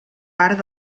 part